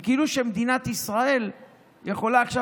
זה כאילו שמדינת ישראל יכולה עכשיו